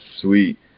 sweet